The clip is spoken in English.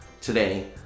Today